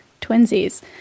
Twinsies